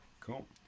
cool